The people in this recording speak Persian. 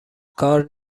کار